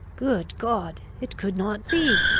good god! it could not be?